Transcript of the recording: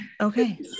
Okay